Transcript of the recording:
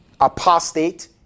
apostate